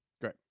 Great